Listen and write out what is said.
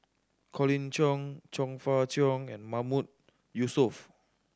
Colin Cheong Chong Fah Cheong and Mahmood Yusof